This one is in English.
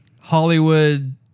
Hollywood